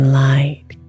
light